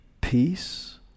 peace